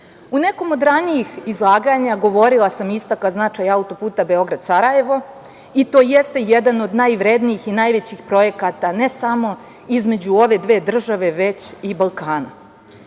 nekom od ranijih izlaganja govorila sam i istakla značaj autoputa Beograd – Sarajevo, i to jeste jedan od najvrednijih i najvećih projekata, ne samo između ove dve države, već i Balkana.